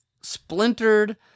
splintered